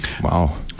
Wow